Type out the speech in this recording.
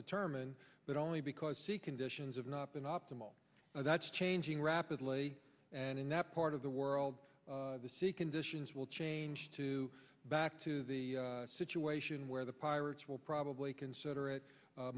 determine but only because the conditions of not been optimal that's changing rapidly and in that part of the world the sea conditions will change too back to the situation where the pirates will probably consider it